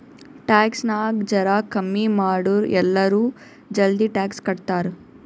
tax ನಾಗ್ ಜರಾ ಕಮ್ಮಿ ಮಾಡುರ್ ಎಲ್ಲರೂ ಜಲ್ದಿ ಟ್ಯಾಕ್ಸ್ ಕಟ್ತಾರ್